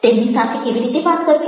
તેમની સાથે કેવી રીતે વાત કરવી